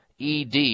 ed